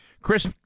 Chris